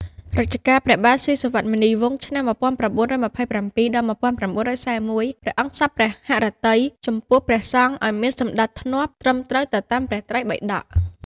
រជ្ជកាលព្រះបាទស៊ីសុវត្ថិមុនីវង្ស (ឆ្នាំ ១៩២៧-១៩៤១) ព្រះអង្គសព្វហឫទ័យ ចំពោះព្រះសង្ឃឱ្យមានសណ្តាប់ធ្នាប់ត្រឹមត្រូវទៅតាមព្រះត្រៃបិដក ។